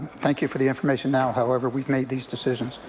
thank you for the information now, however, we've made these decisions.